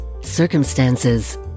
circumstances